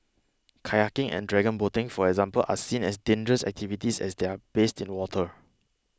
Kayaking and dragon boating for example are seen as dangerous activities as they are based in water